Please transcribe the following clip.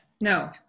no